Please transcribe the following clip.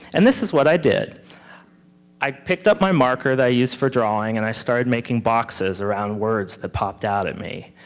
and this is what i did i picked up my marker that i use for drawing, and i started making boxes around words that popped out at me.